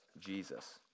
Jesus